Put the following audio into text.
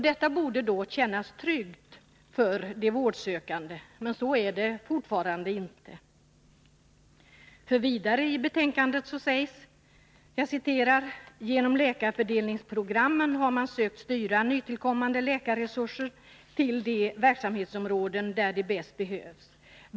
Detta borde kännas tryggt för de vårdsökande, men så är det fortfarande inte. I betänkandet sägs det nämligen vidare: ”Genom läkarfördelningsprogrammen har man sökt styra nytillkommande läkarresurser till de verksamhetsområden där de bäst behövs.